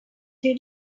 two